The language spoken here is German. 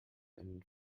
einen